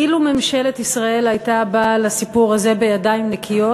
אילו ממשלת ישראל הייתה באה לסיפור הזה בידיים נקיות,